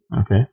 okay